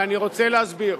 ואני רוצה להסביר.